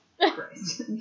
Christ